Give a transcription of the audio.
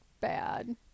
bad